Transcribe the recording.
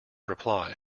reply